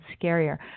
scarier